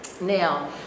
now